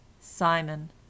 Simon